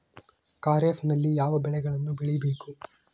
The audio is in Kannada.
ಖಾರೇಫ್ ನಲ್ಲಿ ಯಾವ ಬೆಳೆಗಳನ್ನು ಬೆಳಿಬೇಕು?